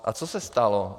A co se stalo?